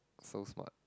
so smart